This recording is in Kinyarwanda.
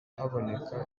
haboneka